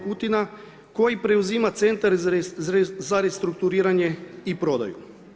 Kutina, koji preuzima Centar za restrukturiranje i prodaju.